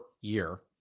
year